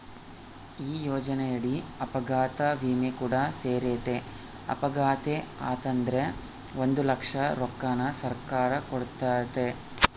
ಈ ಯೋಜನೆಯಡಿ ಅಪಘಾತ ವಿಮೆ ಕೂಡ ಸೇರೆತೆ, ಅಪಘಾತೆ ಆತಂದ್ರ ಒಂದು ಲಕ್ಷ ರೊಕ್ಕನ ಸರ್ಕಾರ ಕೊಡ್ತತೆ